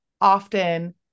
often